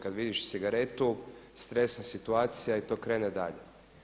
Kada vidiš cigaretu, stresna situacija i to krene dalje.